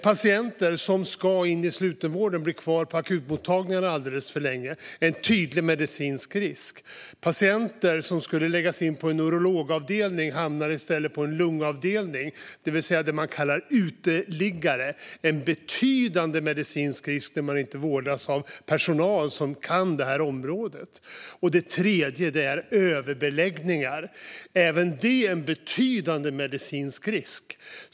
Patienter som ska in i slutenvården blir kvar på akutmottagningarna alldeles för länge, vilket är en tydlig medicinsk risk. Patienter som skulle läggas in på en urologavdelning hamnar i stället på en lungavdelning, vad man kallar för uteliggare. Det innebär en betydande medicinsk risk att inte vårdas av personal som kan området. Ett annat problem är överbeläggningar, även detta en betydande medicinsk risk.